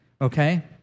okay